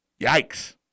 Yikes